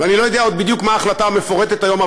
ואני עוד לא יודע בדיוק מה ההחלטה המפורטת היום,